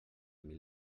mil